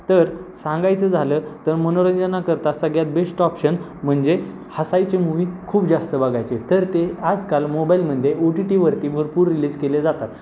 तर सांगायचं झालं तर मनोरंजनाकरता सगळ्यात बेस्ट ऑप्शन म्हणजे हसायचे मूवी खूप जास्त बघायचे तर ते आजकाल मोबाईलमध्ये ओ टी टीवरती भरपूर रिलीज केले जातात